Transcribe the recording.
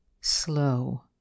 slow